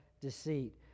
deceit